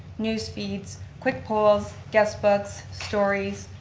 news feeds, quick polls, guest books, stories,